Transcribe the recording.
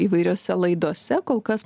įvairiose laidose kol kas